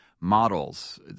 models